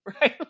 right